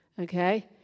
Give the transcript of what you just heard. okay